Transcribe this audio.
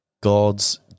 God's